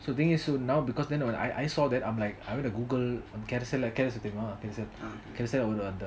so the thing is so now because then when I I saw that I'm like I went to google on carousell தெரியுமா:teriyuma carousell